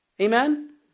Amen